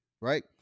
right